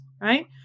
right